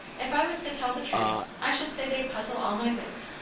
if i was to tell the truth, i should say they puzzle all my wits.